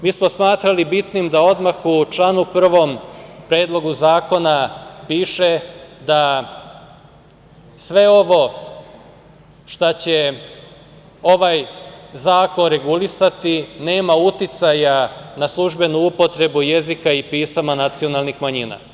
Mi smo smatrali bitnim da odmah u članu 1. Predloga zakona piše da sve šta će ovaj zakon regulisati nema uticaja na službenu upotrebu jezika i pisama nacionalnih manjina.